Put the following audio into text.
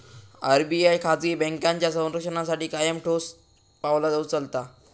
RBI खाजगी बँकांच्या संरक्षणासाठी कायम ठोस पावला उचलता